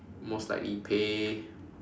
most likely pay